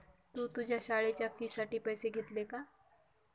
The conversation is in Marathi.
तू तुझ्या शाळेच्या फी साठी पैसे घेतले का?